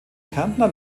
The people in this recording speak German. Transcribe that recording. kärntner